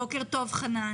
בוקר טוב חנן.